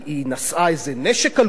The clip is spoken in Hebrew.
היא מטייבה או מאום-אל-פחם?